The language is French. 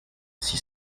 six